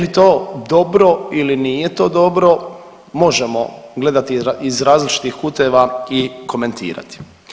Je li to dobro ili nije to dobro možemo gledati iz različitih kuteva i komentirati.